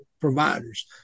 providers